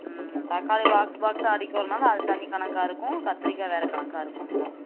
ம் தக்காளி பாக்ஸ் பாக்ஸாக அடுக்கி வருன்னால அது தனி கணக்காக இருக்கும் கத்தரிக்காய் வேறு கணக்காகா இருக்குங்கமா